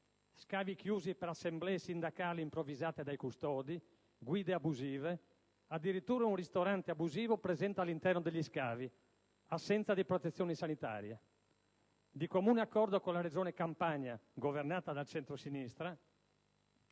scavi chiusi per assemblee sindacali improvvisate dai custodi, guide abusive, addirittura un ristorante abusivo presente all'interno degli scavi, assenza di protezioni sanitarie. Di comune accordo con la Regione Campania (governata dal centrosinistra),